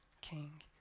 king